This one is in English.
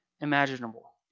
imaginable